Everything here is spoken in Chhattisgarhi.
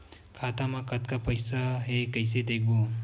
खाता मा कतका पईसा हे कइसे देखबो?